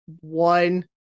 one